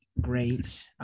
great